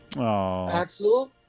Axel